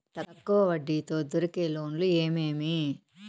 తక్కువ వడ్డీ తో దొరికే లోన్లు ఏమేమీ?